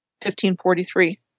1543